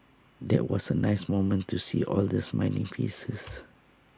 that was A nice moment to see all the smiling faces